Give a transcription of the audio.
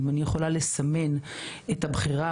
אם אני יכולה לסמן את הבחירה,